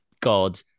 God